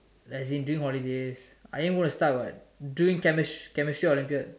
as in during holidays I wasn't go start what during during chemistry Olympiad